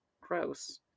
gross